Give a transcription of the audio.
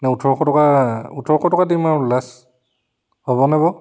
ন ওঠৰশ টকা ওঠৰশ টকা দিম আৰু লাষ্ট হ'বনে বাৰু